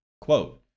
Quote